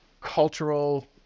cultural